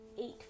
Eight